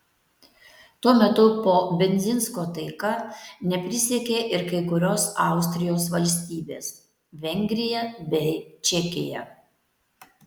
tuo metu po bendzinsko taika neprisiekė ir kai kurios austrijos valstybės vengrija bei čekija